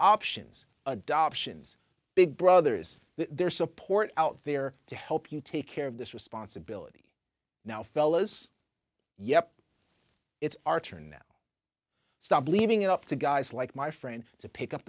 options adoptions big brother is there support out there to help you take care of this responsibility now fellas yeah it's our turn now stop leaving it up to guys like my friend to pick up